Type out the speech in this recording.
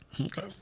Okay